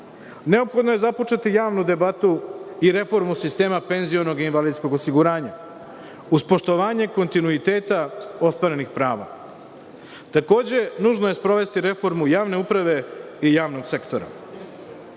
budžeta. Neophodno je započeti javnu debatu i reformu sistema penzionog i invalidskog osiguranja, uz poštovanje kontinuiteta ostvarenih prava. Takođe, nužno je sprovesti reformu javne uprave i javnog sektora. Ova